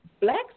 blacks